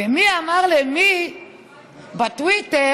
ומי אמר למי בטוויטר,